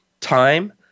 Time